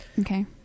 Okay